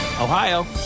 Ohio